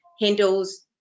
handles